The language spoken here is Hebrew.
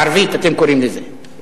"ערבית" אתם קוראים לזה,